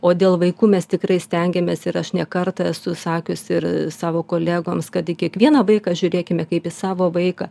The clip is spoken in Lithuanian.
o dėl vaikų mes tikrai stengiamės ir aš ne kartą esu sakiusi ir savo kolegoms kad į kiekvieną vaiką žiūrėkime kaip į savo vaiką